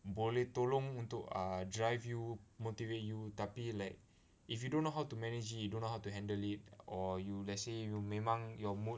boleh tolong untuk err drive you motivate you tapi like if you don't know how to manage it you don't know how to handle it or you let's say you memang your mood